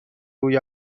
روی